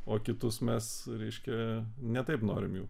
o kitus mes reiškia ne taip norim jų